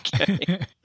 okay